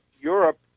Europe